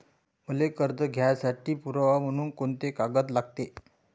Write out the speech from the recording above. मले कर्ज घ्यासाठी पुरावा म्हनून कुंते कागद लागते?